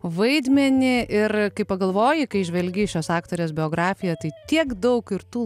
vaidmenį ir kai pagalvoji kai žvelgi šios aktorės biografiją tai tiek daug ir tų